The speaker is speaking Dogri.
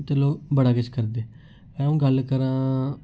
ते लोक बड़ा किश करदे अऊं गल्ल करां